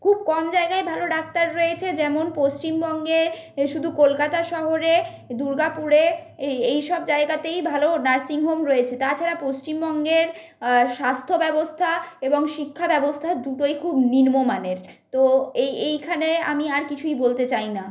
খুব কম জায়গায় ভালো ডাক্তার রয়েছে যেমন পশ্চিমবঙ্গে শুধু কলকাতা শহরে দুর্গাপুরে এই এই সব জায়গাতেই ভালো নার্সিংহোম রয়েছে তাছাড়া পশ্চিমবঙ্গের স্বাস্থ্য ব্যবস্থা এবং শিক্ষা ব্যবস্থা দুটোই খুব নিম্নমানের তো এই এইখানে আমি আর কিছুই বলতে চাই না